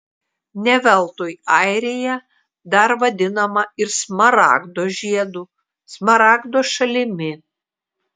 ne veltui airija dar vadinama ir smaragdo žiedu smaragdo šalimi